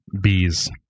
Bees